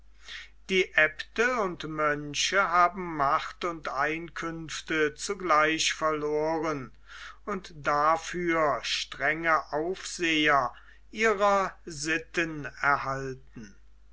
die aebte und mönche haben macht und einkünfte zugleich verloren und dafür strenge aufseher ihrer sitten erhalten